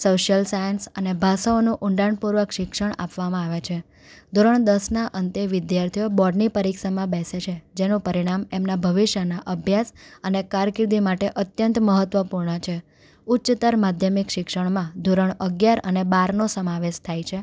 social science અને ભાષાઓનું ઊંડાણપૂર્વક શિક્ષણ આપવામાં આવે છે ધોરણ દસના અંતે વિધ્યાર્થીઓ બોર્ડની પરીક્ષામાં બેસે છે જેનું પરિણામ એમના ભવિષ્યના અભ્યાસ અને કારકિર્દી માટે અત્યંત મહત્ત્વપૂર્ણ છે ઉચ્ચતર માધ્યમિક શિક્ષણમાં ધોરણ અગિયાર અને બારનો સમાવેશ થાય છે